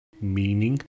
meaning